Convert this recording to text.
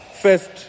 First